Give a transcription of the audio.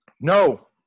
No